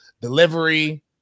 delivery